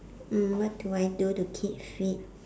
mm what do I do to keep fit